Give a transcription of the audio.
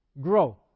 grow